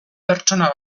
pertsona